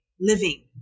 living